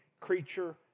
creature